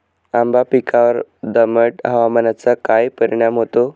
आंबा पिकावर दमट हवामानाचा काय परिणाम होतो?